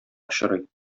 очрый